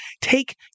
take